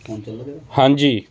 ਹਾਂਜੀ